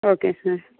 okay sir